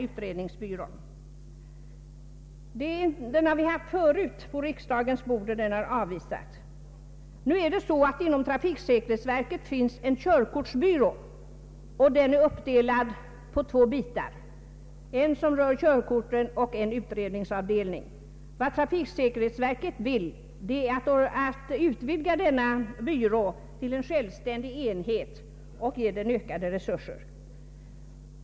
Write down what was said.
Förslag härom har tidigare varit på riksdagens bord och avvisats. Inom =: trafiksäkerhetsverket finns en körkortsbyrå. Den är uppdelad på två avdelningar, en som handlägger körkortsfrågor och en som gör utredningar. Trafiksäkerhetsverket vill utvidga den senare avdelningen till en självständig enhet och ge den ökade resurser.